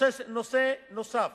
נושא נוסף